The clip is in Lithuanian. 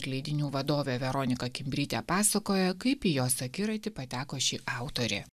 leidinių vadovė veronika kimbrytė pasakoja kaip į jos akiratį pateko ši autorė